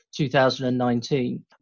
2019